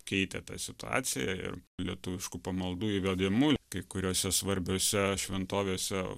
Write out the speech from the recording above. keitė ta situacija ir lietuviškų pamaldų įvedimu kai kuriose svarbiose šventovėse